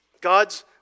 God's